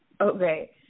Okay